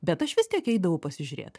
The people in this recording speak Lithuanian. bet aš vis tiek eidavau pasižiūrėt